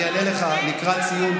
אני אענה לך לקראת סיום,